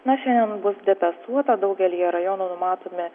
na šiandien bus debesuota daugelyje rajonų numatomi